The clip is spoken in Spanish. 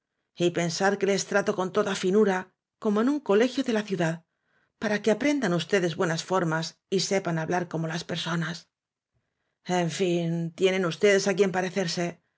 y pensar que les tra to con toda finura como en un colegio de la ciudad par que aprendan ustedes buenas for mas y sepafi hablar como las personas en fin v blasco ibáñez tienen ustedes á quien parecerse